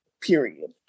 period